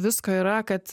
visko yra kad